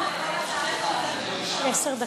עשר דקות,